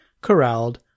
corralled